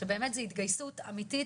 שבאמת זה התגייסות אמיתית,